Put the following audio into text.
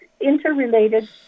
interrelated